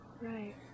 right